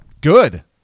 good